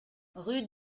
rue